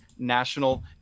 national